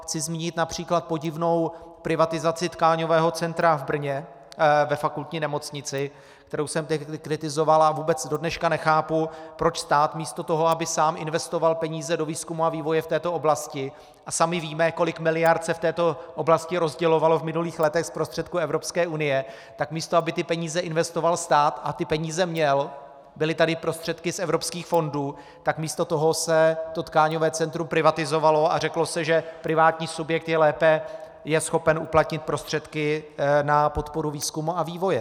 Chci zmínit např. podivnou privatizaci tkáňového centra v Brně ve fakultní nemocnici, kterou jsem kritizoval, a vůbec dodnes nechápu, proč stát místo toho, aby sám investoval peníze do výzkumu a vývoje v této oblasti, a sami víme, kolik miliard se v této oblasti rozdělovalo v minulých letech z prostředků EU, tak místo aby ty peníze investoval stát, a ty peníze měl, byly tady prostředky z evropských fondů, tak místo toho se tkáňové centrum privatizovalo a řeklo se, že privátní subjekt je schopen uplatnit prostředky na podporu výzkumu a vývoje.